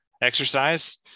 exercise